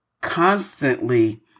constantly